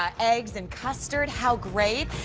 ah eggs, and custard. how great.